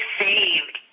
saved